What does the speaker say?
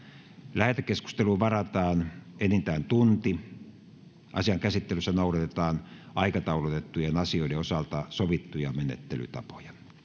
lähetekeskusteluun varataan enintään yksi tunti asian käsittelyssä noudatetaan aikataulutettujen asioiden osalta sovittuja menettelytapoja